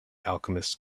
alchemist